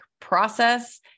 process